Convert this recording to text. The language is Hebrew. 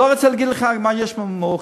לא רוצה להגיד לך מה יש ב"מאוחדת".